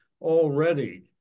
already